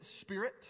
spirit